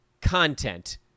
content